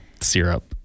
Syrup